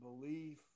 belief